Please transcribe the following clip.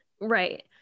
right